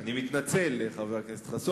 אני מתנצל, חבר הכנסת חסון.